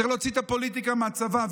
צריך להוציא את הפוליטיקה מהצבא.